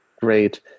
great